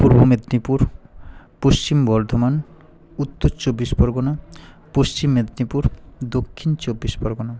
Purba Medinipur Paschim Bardhaman Uttar Chabbish Pargana Paschim Medinipur Dakshin Chabbish Pargana